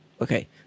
okay